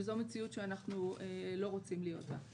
וזו מציאות שאנחנו לא רוצים להיות בה.